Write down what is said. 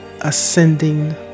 ascending